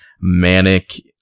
manic